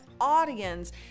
audience